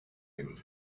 him